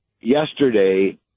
yesterday